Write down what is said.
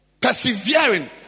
persevering